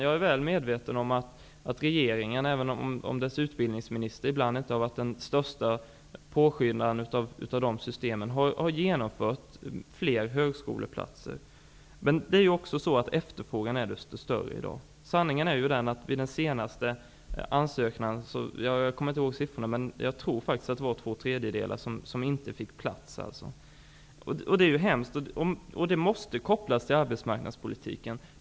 Jag är väl medveten om att regeringen, även om dess utbildningsminister inte alltid varit den största påskyndaren, har inrättat fler högskoleplatser. Men efterfrågan är större i dag. Sanningen är den att två tredjedelar vid den senaste antagningen inte fick plats -- jag kommer inte ihåg siffrorna exakt. Det är hemskt. Det måste kopplas till arbetsmarknadspolitiken.